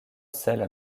celles